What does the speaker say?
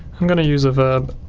i'm going to use a verb